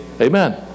Amen